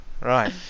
Right